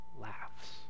laughs